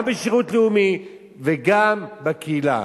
גם בשירות לאומי וגם בקהילה.